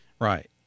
Right